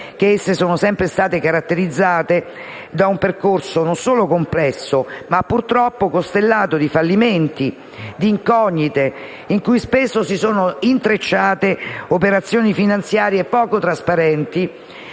che esse sono state sempre caratterizzate da un percorso non solo complesso, ma purtroppo costellato di fallimenti e di incognite, in cui spesso si sono intrecciate operazioni finanziarie poco trasparenti,